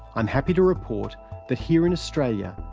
i'm happy to report that, here in australia,